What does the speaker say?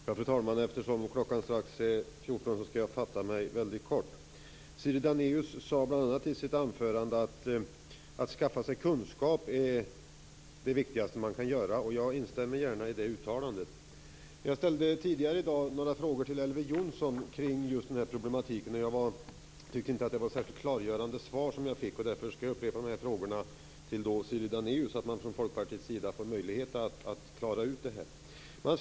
Fru talman! Eftersom klockan strax är 14.00 skall jag fatta mig väldigt kort. Siri Dannaeus sade bl.a. i sitt anförande att det viktigaste man kan göra är att skaffa sig kunskap. Jag instämmer gärna i det uttalandet. Jag ställde tidigare i dag några frågor till Elver Jonsson kring just den här problematiken. Jag tyckte inte att jag fick särskilt klargörande svar. Därför upprepar jag frågorna till Siri Dannaeus så att man från Folkpartiets sida får möjlighet att klara ut det.